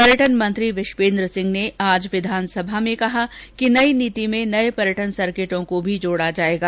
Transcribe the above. पर्यटन मंत्री विश्वेन्द्र सिंह ने आज विधानसभा में कहा कि नई नीति में नये पर्यटन सर्किटों को भी जोड़ा जाएगा